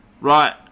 Right